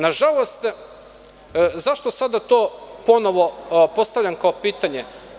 Nažalost, zašto sada ponovo postavljam to pitanje?